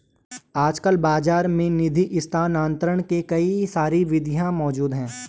आजकल बाज़ार में निधि स्थानांतरण के कई सारी विधियां मौज़ूद हैं